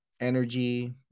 energy